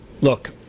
look